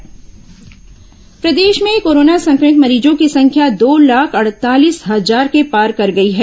corona समाचार जागरूकता प्रदेश में कोरोना संक्रभित मरीजों की संख्या दो लाख अड़तालीस हजार को पार कर गई है